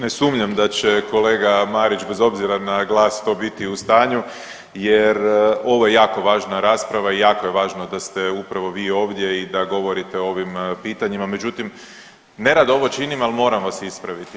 Ne sumnjam da će kolega Marić bez obzira na glas to biti u stanju jer ovo je jako važna rasprava i jako je važno da ste upravo vi ovdje i da govorite o ovim pitanjima međutim nerado ovo činim, ali moram vas ispraviti.